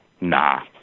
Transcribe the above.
Nah